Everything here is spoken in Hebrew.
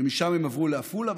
ומשם הם עברו לעפולה,